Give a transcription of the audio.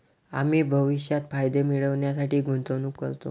आम्ही भविष्यात फायदे मिळविण्यासाठी गुंतवणूक करतो